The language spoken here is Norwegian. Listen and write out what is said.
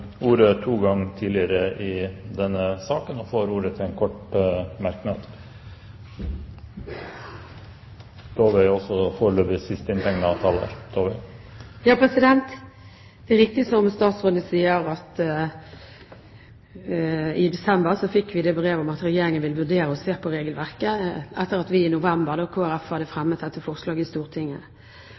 får ordet til en kort merknad, begrenset til 1 minutt. Det er riktig som statsråden sier, at i desember fikk vi brevet om at Regjeringen vil vurdere å se på regelverket, etter at vi i Kristelig Folkeparti i november hadde fremmet dette forslaget i Stortinget.